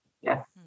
Yes